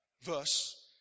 verse